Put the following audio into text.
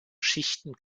schichten